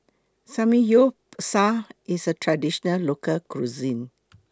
Samgyeopsal IS A Traditional Local Cuisine